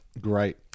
Great